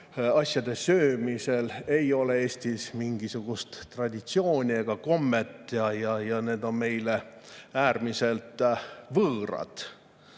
asjade söömine ei ole Eestis mingisugune traditsioon ega komme ja need on meile äärmiselt võõrad.